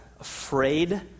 afraid